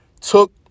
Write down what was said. took